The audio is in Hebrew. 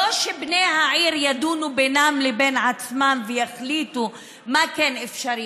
לא שבני העיר ידונו בינם לבין עצמם ויחליטו מה כן אפשרי.